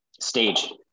Stage